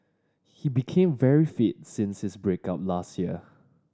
he became very fit since his break up last year